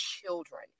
children